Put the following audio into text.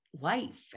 life